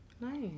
nice